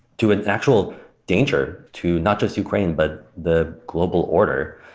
to an actual danger to not just ukraine, but the global order.